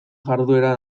jarduera